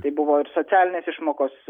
tai buvo ir socialinės išmokos